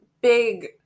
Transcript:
big